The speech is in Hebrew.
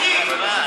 מכלוף,